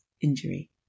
injury